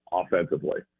offensively